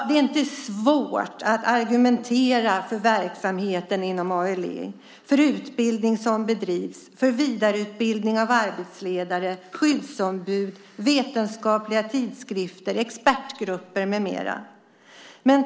Det är inte svårt att argumentera för verksamheten inom ALI: för den utbildning som bedrivs och för vidareutbildning av arbetsledare och skyddsombud. Där finns också vetenskapliga tidskrifter och expertgrupper med mera.